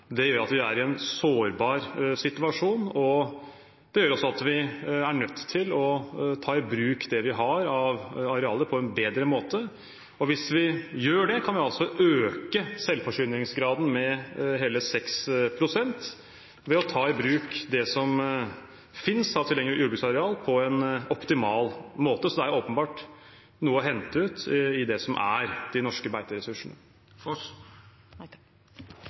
Det gjør at vi er i en sårbar situasjon, og det gjør også at vi er nødt til å ta i bruk det vi har av arealer, på en bedre måte. Hvis vi gjør det, kan vi altså øke selvforsyningsgraden med hele 6 pst. – ved å ta i bruk det som finnes av tilgjengelig jordbruksareal, på en optimal måte. Så det er åpenbart noe å hente i de norske beiteressursene.